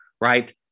right